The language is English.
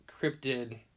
cryptid